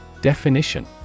Definition